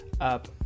up